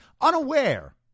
unaware